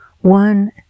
One